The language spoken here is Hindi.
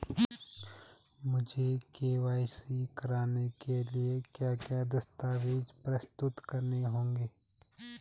मुझे के.वाई.सी कराने के लिए क्या क्या दस्तावेज़ प्रस्तुत करने होंगे?